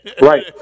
right